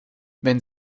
wenn